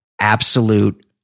absolute